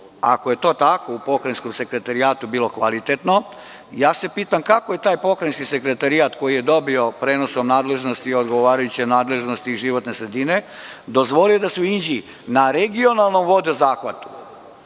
Ako je to tako u pokrajinskom sekretarijatu bilo kvalitetno, ja se pitam kako je taj pokrajinski sekretarijat koji je dobio prenosom nadležnosti odgovarajuće nadležnosti životne sredine, dozvolio da se u Inđiji na regionalnom vodozahvatu